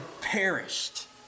perished